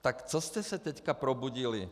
Tak co jste se teď probudili?